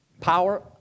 power